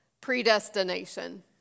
predestination